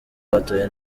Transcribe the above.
batoye